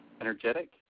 Energetic